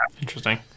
interesting